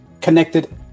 connected